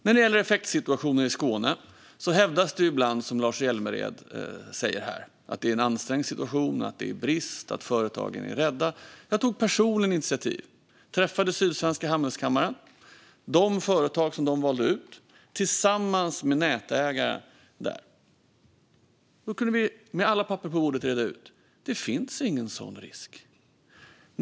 När det gäller effektsituationen i Skåne hävdas det ibland, som Lars Hjälmered säger, att det är en ansträngd situation, att det är brist och att företagen är rädda. Jag tog personligen ett initiativ och träffade Sydsvenska Industri och Handelskammaren och de företag som de valde ut, tillsammans med nätägaren där. Då kunde vi med alla papper på bordet reda ut det, och det finns ingen sådan risk.